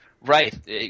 Right